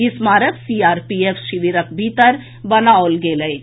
ई स्मारक सीआरपीएफ शिविरक भीतर बनाओल गेल अछि